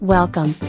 Welcome